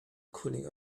cooling